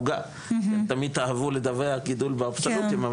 תמיד אהבו לדווח גידול באבסולוטים,